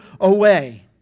away